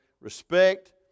respect